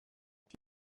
ati